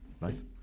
nice